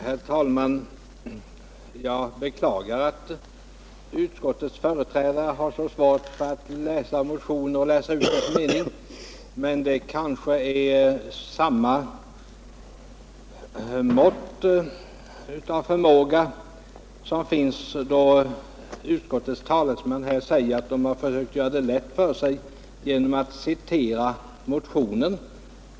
Herr talman! Jag beklagar att utskottets företrädare har så svårt att läsa motioner. Men det kanske är samma mått av förmåga som utskottets talesman visar när han säger att utskottet har försökt göra det lätt för sig genom att citera ur motionen.